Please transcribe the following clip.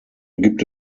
gibt